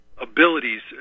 abilities